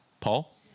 Paul